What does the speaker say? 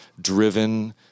driven –